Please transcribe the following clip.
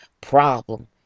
problem